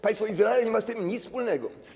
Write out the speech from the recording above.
Państwo Izrael nie ma z tym nic wspólnego.